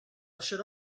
should